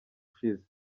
ushize